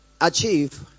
achieve